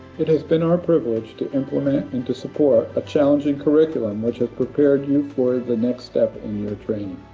it has been our privilege to implement and to support a challenging curriculum which has prepared you for the next step in your training.